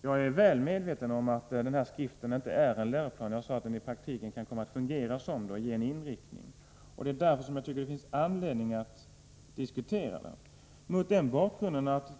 Jag är väl medveten om att den här skriften inte är någon läroplan, men den kan komma att fungera som sådan och ange en inriktning. Jag tycker att det finns anledning att diskutera detta.